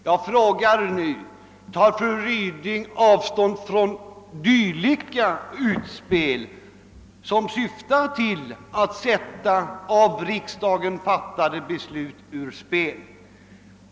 Jag frågar nu: Tar fru Ryding avstånd från sådana utspel som syftar till att sätta av riksdagen fattade beslut ur kraft?.